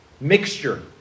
mixture